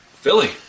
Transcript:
Philly